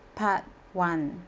part one